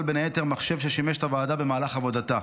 בין היתר מחשב ששימש את הוועדה במהלך עבודתה.